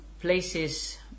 places